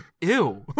ew